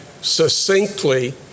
succinctly